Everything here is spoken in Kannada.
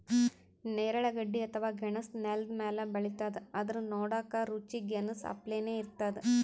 ನೇರಳೆ ಗಡ್ಡಿ ಅಥವಾ ಗೆಣಸ್ ನೆಲ್ದ ಮ್ಯಾಲ್ ಬೆಳಿತದ್ ಆದ್ರ್ ನೋಡಕ್ಕ್ ರುಚಿ ಗೆನಾಸ್ ಅಪ್ಲೆನೇ ಇರ್ತದ್